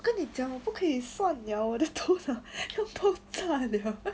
跟你讲我不可以算了我的头脑要弄断 liao